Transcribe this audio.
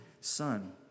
son